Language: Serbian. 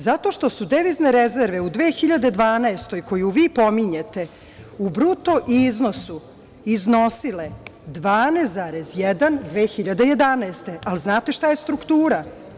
Zato što su devizne rezerve u 2012. godini, koju vi pominjete, u bruto iznosu iznosile 12,1, 2011. godine, a znate šta je struktura.